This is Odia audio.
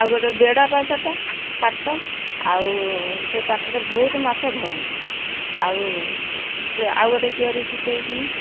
ଆଉ ଗୋଟେ ବେଡ଼ା ପା ସେଟା ପାଟ ଆଉ ସେ ପାଟରେ ବହୁତ ମାଛ ଧରନ୍ତି ଆଉ ସେ ଆଉ ଗୋଟେ କିଆରୀ ଶୁଖାଇକିନି